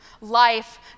Life